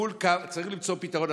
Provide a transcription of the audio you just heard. צריך למצוא פתרון.